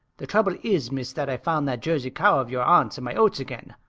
the trouble is, miss, that i found that jersey cow of your aunt's in my oats again,